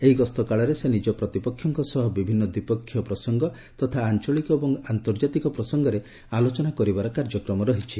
ଏହି ଗସ୍ତକାଳରେ ସେ ନିକ ପ୍ରତିପକ୍ଷଙ୍କ ସହ ବିଭିନ୍ନ ଦ୍ୱିପକ୍ଷୀୟ ପ୍ରସଙ୍ଗ ତଥା ଆଞ୍ଚଳିକ ଏବଂ ଆନ୍ତର୍ଜାତିକ ପ୍ରସଙ୍ଗରେ ଆଲୋଚନା କରିବାର କାର୍ଯ୍ୟକ୍ରମ ରହିଛି